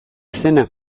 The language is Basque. zena